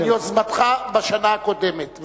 על יוזמתך בשנה הקודמת,